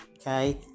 okay